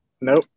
Nope